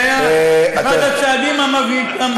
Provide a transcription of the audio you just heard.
אחד הצעדים המבריקים ביותר.